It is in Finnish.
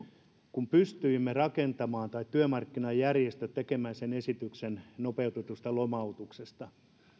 kun pystyimme rakentamaan tai työmarkkinajärjestöt pystyivät tekemään sen esityksen nopeutetusta lomautuksesta